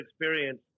experience